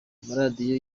amaradiyo